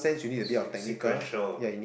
seq~ sequential ah